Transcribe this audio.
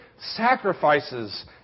sacrifices